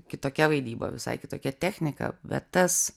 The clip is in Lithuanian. kitokia vaidyba visai kitokia technika bet tas